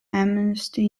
amnesty